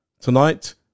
Tonight